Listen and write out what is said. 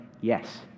yes